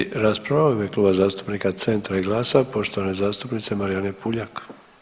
Slijedi rasprava u ime Kluba zastupnika Centra i GLAS-a, poštovane zastupnice Marijane Puljak.